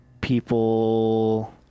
people